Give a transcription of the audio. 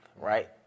right